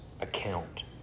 account